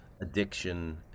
addiction